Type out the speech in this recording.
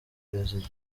perezida